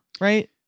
right